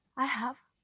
i have.